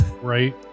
Right